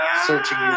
searching